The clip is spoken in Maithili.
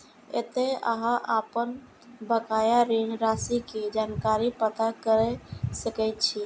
एतय अहां अपन बकाया ऋण राशि के जानकारी पता कैर सकै छी